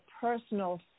personal